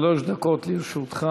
שלוש דקות לרשותך.